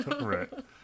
Right